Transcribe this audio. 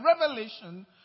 revelation